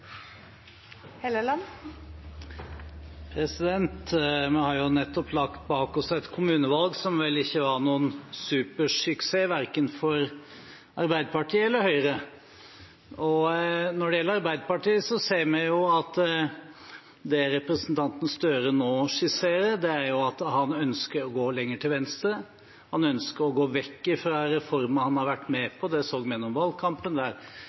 verken Arbeiderpartiet eller Høyre. Når det gjelder Arbeiderpartiet, ser vi jo at det representanten Støre nå skisserer, er at han ønsker å gå lenger til venstre. Han ønsker å gå vekk fra reformer han har vært med på. Det så vi gjennom valgkampen, der